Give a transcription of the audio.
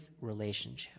relationship